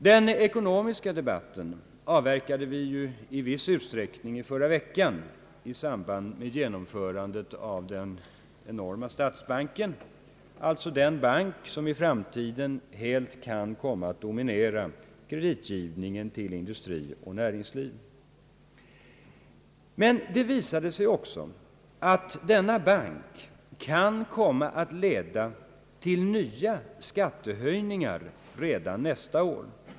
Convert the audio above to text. Den ekonomiska debatten avverkade vi i viss utsträckning i förra veckan i samband med genomförandet av den enorma statsbanken, alltså den bank som i framtiden helt kan komma att dominera kreditgivningen till industri och näringsliv. Men det framgick också av den diskussion som fördes att denna bank kan komma att leda till nya skattehöjningar redan nästa år.